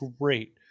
great